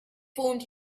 formed